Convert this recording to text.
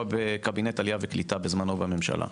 בקבינט עלייה וקליטה בזמנו בממשלה.